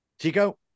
Chico